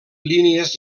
línies